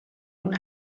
una